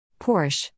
Porsche